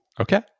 Okay